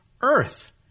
Earth